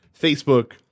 Facebook